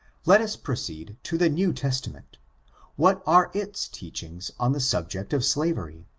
let us proceed to the new testament what are its teachings on the subject of slavery?